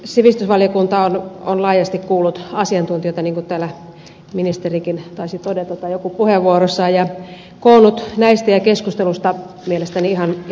sivistysvaliokunta on laajasti kuullut asiantuntijoita niin kuin täällä ministerikin tai joku edustaja puheenvuorossaan taisi todeta ja koonnut asiantuntijakuulemisista ja keskusteluista mielestäni ihan hyvän mietinnön